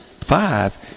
five